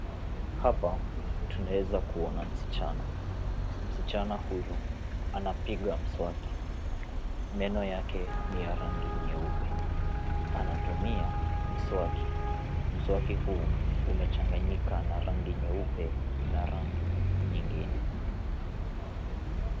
Hapa tunaweza kuona msichana. Msichana huyu anapiga mswaki. Meno yake ni ya rangi nyeupe. Anatumia mswaki, mswaki huu umechanganyika na rangi nyeupe na rangi nyingine.